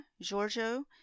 Giorgio